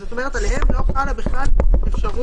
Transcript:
זאת אומרת עליהם לא חלה בכלל אפשרות